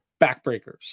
backbreakers